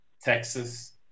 Texas